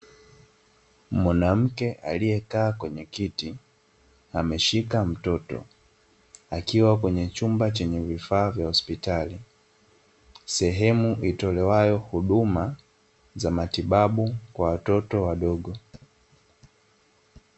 Mwanamke aliyekaa kwenye kiti, ameshika mtoto akiwa kwenye chumba chenye vifaa vya hospitali, sehemu itolewayo huduma za matibabu kwa watoto wadogo.